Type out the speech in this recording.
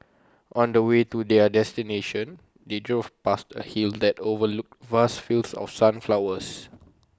on the way to their destination they drove past A hill that overlooked vast fields of sunflowers